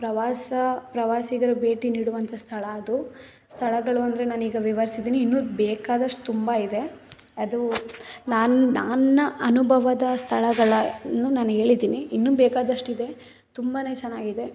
ಪ್ರವಾಸ ಪ್ರವಾಸಿಗರು ಭೇಟಿ ನೀಡುವಂಥ ಸ್ಥಳ ಅದು ಸ್ಥಳಗಳು ಅಂದರೆ ನಾನೀಗ ವಿವರಿಸಿದ್ದೀನಿ ಇನ್ನೂ ಬೇಕಾದಷ್ಟು ತುಂಬ ಇದೆ ಅದು ನಾನು ನನ್ನ ಅನುಭವದ ಸ್ಥಳಗಳನ್ನು ನಾನು ಹೇಳಿದೀನಿ ಇನ್ನೂ ಬೇಕಾದಷ್ಟಿದೆ ತುಂಬ ಚೆನ್ನಾಗಿದೆ